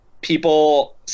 People